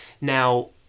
Now